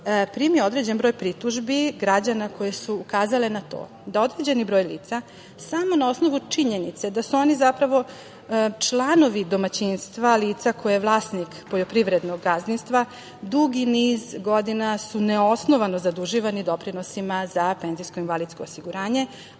primio određen broj pritužbi građana koji su ukazali na to da određeni broj lica samo na osnovu činjenica da su oni zapravo članovi domaćinstva lica koje je vlasnik poljoprivrednog gazdinstva dugi niz godina su neosnovano zaduživani doprinosima za PIO, a da o tome